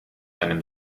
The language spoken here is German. einem